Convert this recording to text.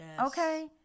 Okay